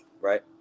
right